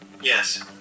Yes